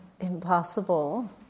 impossible